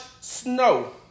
snow